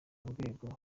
rwego